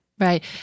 Right